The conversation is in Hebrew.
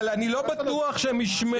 אבל אני לא בטוח שהם ישמרו